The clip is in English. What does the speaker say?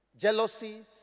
Jealousies